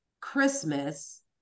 Christmas